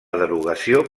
derogació